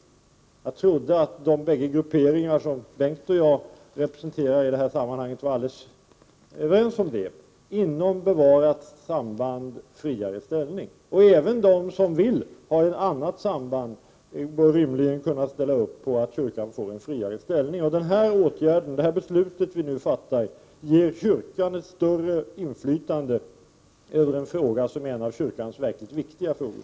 Jag trodde att de bägge grupperingar som Bengt Kindbom och jag representerar i det här sammanhanget var alldeles överens om detta —-inom bevarat samband friare ställning. Även de som vill ha ett annat samband bör rimligen kunna ställa upp på att kyrkan får en friare ställning. Det beslut som vi nu fattar ger kyrkan ett större inflytande över en fråga, som är en av kyrkans verkligt viktiga frågor.